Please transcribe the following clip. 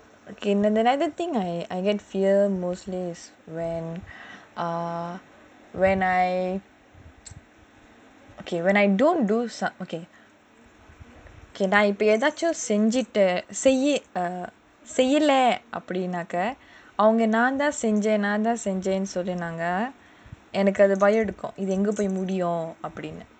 again and another thing I I get fear mostly is when ah when I okay when I don't do some okay ஏதாச்சும் செஞ்சிட்டு செய்யலநாக்கா நான்தான் செஞ்சேனு சொன்னாங்கன்னா எனக்கு அப்புறம் பயமெடுக்கும் எங்க போய் முடியும்னு:edhachum senjitu seyyalanaaka naanthaan senjaenu sonnaanganaa enaku appuram bayamedukum enga poi mudiyumnu